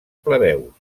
plebeus